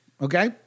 Okay